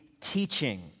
teaching